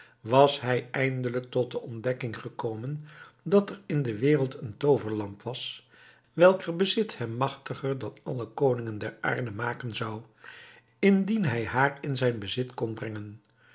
was hij eindelijk tot de ontdekking gekomen dat er in de wereld een tooverlamp was welker bezit hem machtiger dan alle koningen der aarde maken zou indien hij haar in zijn bezit kon brengen